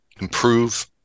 improve